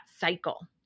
cycle